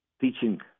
teaching